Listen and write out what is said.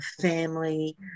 family